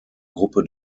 gruppe